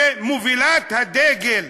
שמובילה את הדגל,